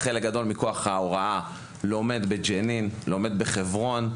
חלק גדול מכוח ההוראה לומד בג׳ני ולומד בחברון.